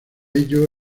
ello